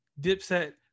Dipset